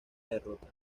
derrota